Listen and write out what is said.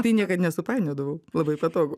tai niekad nesupainiodavau labai patogu